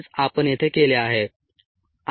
तेच आपण येथे केले आहे